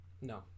No